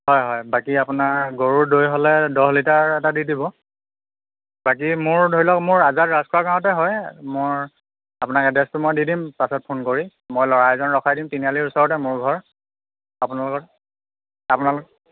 হয় হয় বাকী আপোনাৰ গৰুৰ দৈ হ'লে দহ লিটাৰ এটা দি দিব বাকী মোৰ ধৰি লওক মোৰ আজাৰ ৰাজখোৱা গাঁৱতে হয় মোৰ আপোনাক এড্ৰেছটো মই দি দিম পাছত ফোন কৰি মই ল'ৰা এজন ৰখাই দিম তিনিআলিৰ ওচৰতে মোৰ ঘৰ আপোনাৰ আপোনাৰ